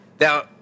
Now